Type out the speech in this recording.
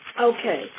Okay